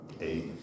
Eight